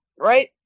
right